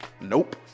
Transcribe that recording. nope